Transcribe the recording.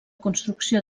construcció